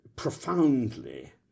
profoundly